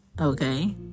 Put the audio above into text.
okay